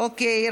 אוקיי,